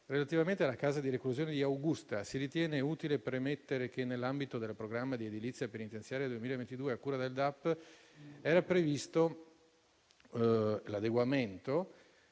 Relativamente alla casa di reclusione di Augusta, si ritiene utile premettere che nell'ambito del programma di edilizia penitenziaria 2022 a cura del DAP, era previsto l'adeguamento